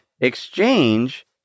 exchange